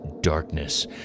darkness